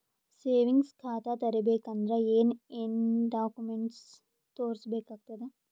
Savings ಖಾತಾ ತೇರಿಬೇಕಂದರ ಏನ್ ಏನ್ಡಾ ಕೊಮೆಂಟ ತೋರಿಸ ಬೇಕಾತದ?